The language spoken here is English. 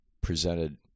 presented